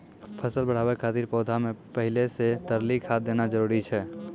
फसल बढ़ाबै खातिर पौधा मे पहिले से तरली खाद देना जरूरी छै?